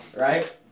Right